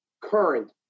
current